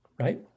Right